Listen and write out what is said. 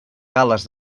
gal·les